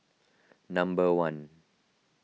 number one